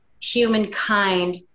humankind